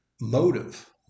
motive